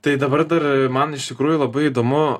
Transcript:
tai dabar dar man iš tikrųjų labai įdomu